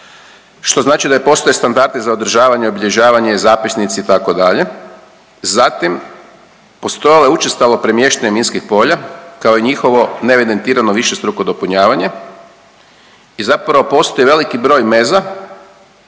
što znači da ne postoje standardi za održavanje, obilježavanje, zapisnici, itd., zatim, postojale učestalo premještanje minskih polja, kao i njihovo neevidentirano višestruko dopunjavanje i zapravo postoji veliki broj meza